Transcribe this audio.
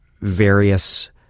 various